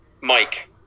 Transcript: Mike